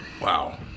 Wow